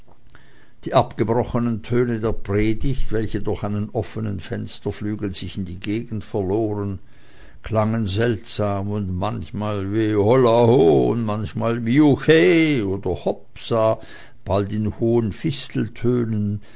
die abgebrochenen töne der predigt welche durch einen offenen fensterflügel sich in die gegend verloren klangen seltsam und manchmal wie hollaho manchmal wie juchhe oder hopsa bald in hohen